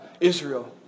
Israel